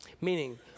Meaning